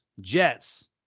Jets